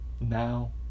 now